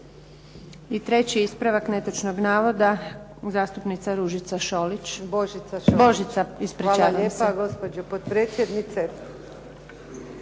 I treći ispravak netočnog navoda, zastupnica Božica Šolić. **Šolić, Božica (HDZ)** Hvala lijepa, gospođo potpredsjednice.